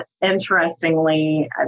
interestingly